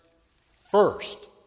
first